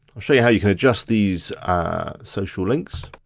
i'll show you how you can adjust these social links.